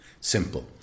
simple